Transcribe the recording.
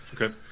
Okay